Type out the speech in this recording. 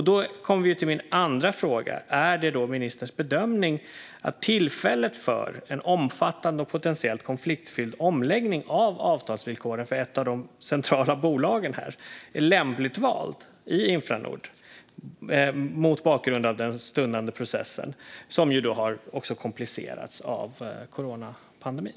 Då kommer vi till min andra fråga: Är det ministerns bedömning att tillfället för en omfattande och potentiellt konfliktfylld omläggning av avtalsvillkoren för ett av de centrala bolagen, Infranord, är lämpligt vald, mot bakgrund av den stundande processen som ju också har komplicerats av coronapandemin?